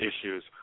issues